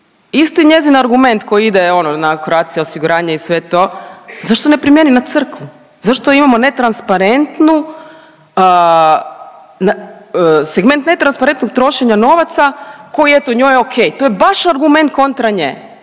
isti njezin argument koji ide ono na Croatia osiguranje i sve to. Zašto ne primijeni na crkvu? Zašto imamo netransparentnu, segment netransparentnog trošenja novaca koji je eto njoj okej, to je baš argument kontra nje